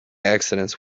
accidents